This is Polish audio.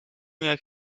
jak